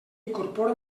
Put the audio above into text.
incorpora